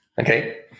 Okay